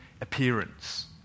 appearance